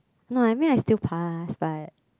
no I mean I still pass but